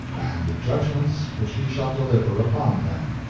and the judgments which he shall deliver upon them.